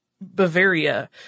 Bavaria